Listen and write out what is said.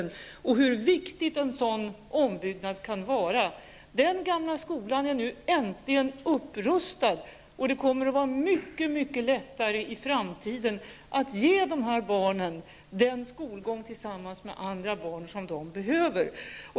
Jag har dessutom erfarenhet av hur viktig en sådan ombyggnad kan vara. Denna gamla skola är nu äntligen upprustad, och det kommer att vara mycket lättare att i framtiden ge handikappade barn den skolgång tillsammans med andra barn som de behöver.